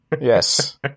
Yes